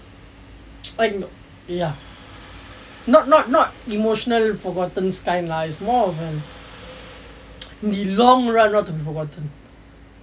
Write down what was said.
like ya not not not emotional forgotten kind lah it's more of the long run not to be forgotten